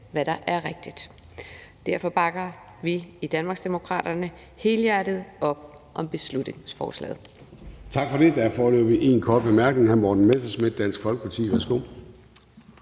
hvad der er rigtigt. Derfor bakker vi i Danmarksdemokraterne helhjertet op om beslutningsforslaget.